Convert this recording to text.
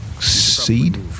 Seed